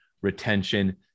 retention